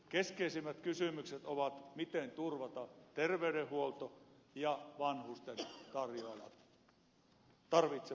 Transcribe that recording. keskeisimmät kysymykset ovat miten turvata terveydenhuolto ja vanhusten tarvitsemat sosiaalipalvelut